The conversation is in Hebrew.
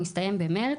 הוא הסתיים במרץ,